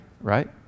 right